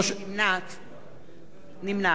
יולי יואל אדלשטיין,